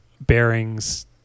bearings